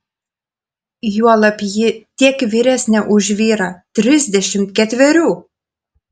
juolab ji tiek vyresnė už vyrą trisdešimt ketverių